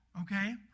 okay